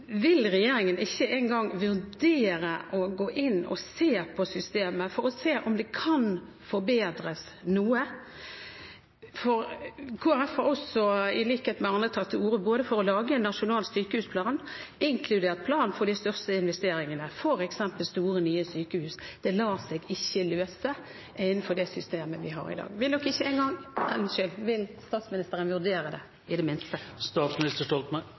Vil regjeringen ikke engang vurdere å gå inn og se på systemet for å se på om det kan forbedres noe? Kristelig Folkeparti har, i likhet med andre, tatt til orde for å lage en nasjonal sykehusplan, inkludert plan for de største investeringene, f.eks. store nye sykehus. Det lar seg ikke løse innenfor det systemet vi har i dag. Vil ikke statsministeren i det minste vurdere dette? Jeg tror alltid det